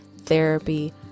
therapy